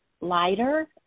lighter